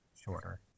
shorter